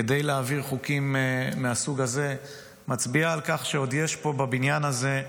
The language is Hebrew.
כדי להעביר חוקים מהסוג הזה מצביעה על כך שעוד יש פה בבניין הזה,